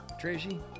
Tracy